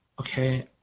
Okay